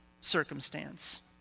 circumstance